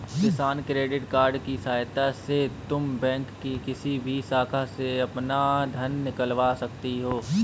किसान credit card की सहायता से तुम बैंक की किसी भी शाखा से अपना धन निकलवा सकती हो